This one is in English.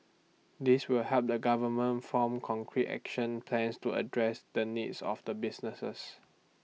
this will help the government form concrete action plans to address the needs of businesses